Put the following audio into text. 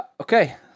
Okay